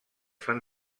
fan